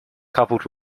coupled